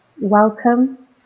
welcome